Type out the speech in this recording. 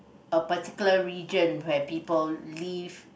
a particular region where people live